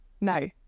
No